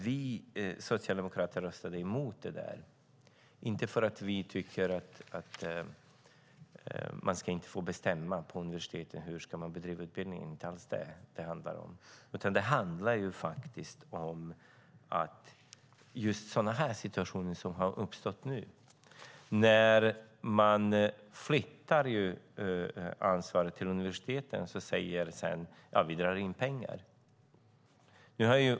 Vi socialdemokrater röstade emot, inte därför att vi tycker att de på universiteten inte ska få bestämma hur de ska bedriva utbildningen, utan det handlade om att just sådana situationer som har uppstått nu, när man flyttar ansvaret till universiteten och sedan säger: Vi drar in pengar.